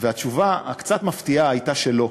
והתשובה הקצת-מפתיעה הייתה שלא.